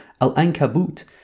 Al-Ankabut